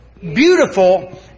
beautiful